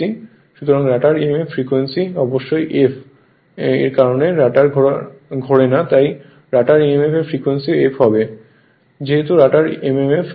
সুতরাং rotor emf frequency অবশ্যই f যেহেতু রটার ঘোরে না তাই রটারের emf এর ফ্রিকোয়েন্সিও f হবে